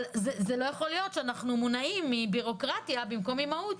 אבל לא יכול להיות שהמניע שלנו נובע מבירוקרטיה במקום ממהות,